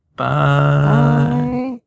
Bye